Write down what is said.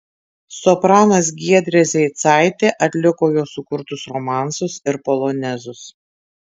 sopranas giedrė zeicaitė atliko jo sukurtus romansus ir polonezus